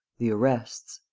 the arrests